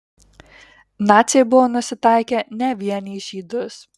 naciai buvo nusitaikę ne vien į žydus